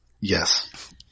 Yes